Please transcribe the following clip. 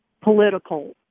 political